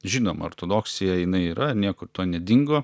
žinoma ortodoksija jinai yra niekur nedingo